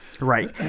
Right